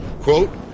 quote